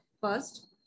first